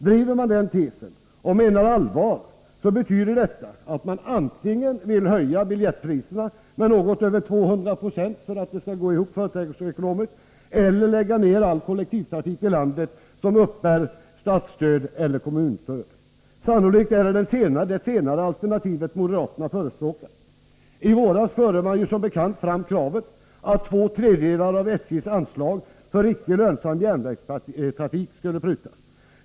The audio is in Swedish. Driver man den tesen och menar allvar, betyder det att man antingen vill höja biljettpriserna med något över 200 > för att det skall gå ihop företagsekonomiskt, eller också att man vill lägga ner all kollektivtrafik i landet som uppbär statseller kommunalstöd. Sannolikt är det det senare alternativet som moderaterna förespråkar. I våras förde man som bekant fram kravet att två tredjedelar av SJ:s anslag för icke lönsam järnvägstrafik skulle prutas.